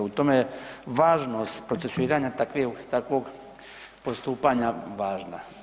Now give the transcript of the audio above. U tome je važnost procesuiranja takvog postupanja važna.